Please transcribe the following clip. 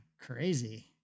crazy